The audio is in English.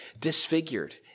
disfigured